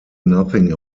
nothing